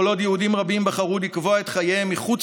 כל עוד יהודים רבים בחרו לקבוע את חייהם מחוץ